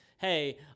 hey